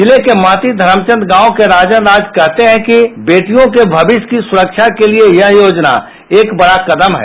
जिले के महथी धरमचंद गाँव के राजन राज कहते है कि बेटियों क भविष्य की सुरक्षा के लिए योजना एक बडा कदम है